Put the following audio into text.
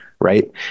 Right